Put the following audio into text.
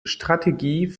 strategie